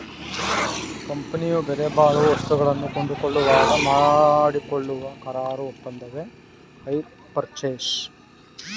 ಕಂಪನಿಯು ಬೆಲೆಬಾಳುವ ವಸ್ತುಗಳನ್ನು ಕೊಂಡುಕೊಳ್ಳುವಾಗ ಮಾಡಿಕೊಳ್ಳುವ ಕರಾರು ಒಪ್ಪಂದವೆ ಹೈರ್ ಪರ್ಚೇಸ್